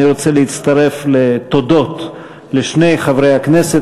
אני רוצה להצטרף לתודות לשני חברי הכנסת,